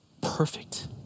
perfect